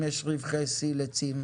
אם יש רווחי שיא לצים,